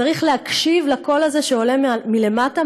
צריך להקשיב לקול הזה שעולה מלמטה,